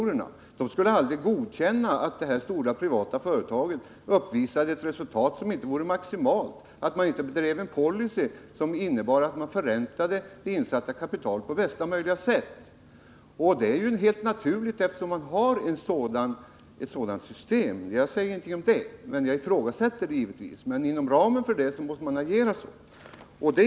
Dessa skulle aldrig godkänna att det stora privata företaget uppvisade ett resultat som inte var maximalt, att det bedrev en policy som inte innebar att det insatta kapitalet förräntades på bästa möjliga sätt. Detta är helt naturligt, eftersom vi har ett sådant ekonomiskt system. Jag säger ingenting om detta, men jag kritiserar givetvis systemet. Men inom ramen för detta system måste man agera så.